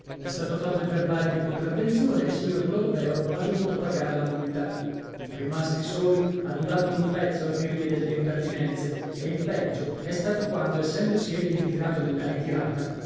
è stato fatto il verbale di contravvenzione e il signor clodoveo ha dovuto pagar la multa rimasti soli ha durato un pezzo a dirmi delle impertinenze e il peggio è stato quando essendosi egli ritirato nella ritirata